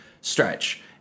stretch